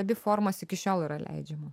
abi formos iki šiol yra leidžiama